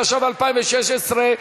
התשע"ו 2016,